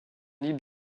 libres